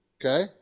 Okay